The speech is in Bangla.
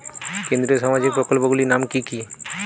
কেন্দ্রীয় সামাজিক প্রকল্পগুলি নাম কি কি?